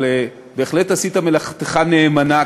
אבל בהחלט עשית מלאכתך נאמנה